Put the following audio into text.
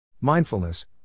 Mindfulness